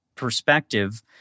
Perspective